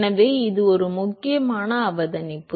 எனவே இது ஒரு முக்கியமான அவதானிப்பு